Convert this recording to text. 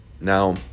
Now